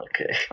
okay